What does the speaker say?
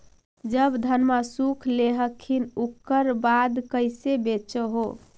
जब धनमा सुख ले हखिन उकर बाद कैसे बेच हो?